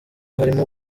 harimo